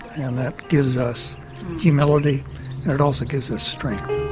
and that gives us humility and it also gives us strength.